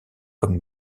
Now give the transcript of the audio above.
comme